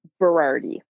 Berardi